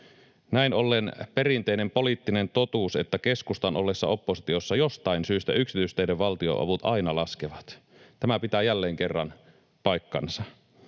Näin ollen perinteinen poliittinen totuus, että keskustan ollessa oppositiossa jostain syystä yksityisteiden valtionavut aina laskevat, pitää jälleen kerran paikkansa.